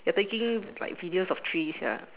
you're taking like videos of trees ya